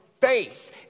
face